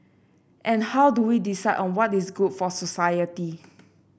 and how do we decide on what is good for society